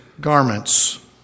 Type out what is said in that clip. garments